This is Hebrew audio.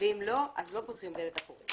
ואם לא אז לא פותחים דלת אחורית.